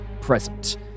present